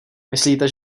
myslíte